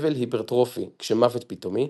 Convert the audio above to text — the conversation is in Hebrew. אבל היפרטרופי כשמוות פתאומי,